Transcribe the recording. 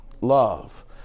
Love